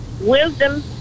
wisdom